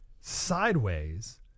sideways